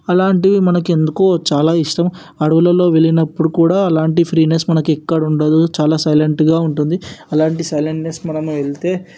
అలాంటిది మనకి ఎందుకో చాలా ఇష్టం అడవులల్లో వెళ్లినప్పుడు కూడ అలాంటి ఫ్రీనెస్ మనకి ఎక్కడా ఉండదు చాలా సైలెంట్గా ఉంటుంది అలాంటి సైలెంట్నెస్ మనము వెళ్తే